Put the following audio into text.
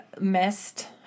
missed